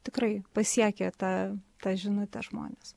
tikrai pasiekė ta ta žinutė žmones